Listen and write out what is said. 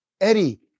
Eddie